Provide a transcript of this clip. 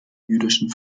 jüdischen